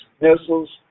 missiles